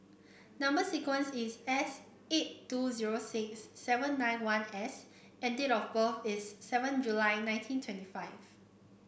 number sequence is S eight two zero six seven nine one S and date of birth is seven July nineteen twenty five